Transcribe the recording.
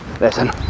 Listen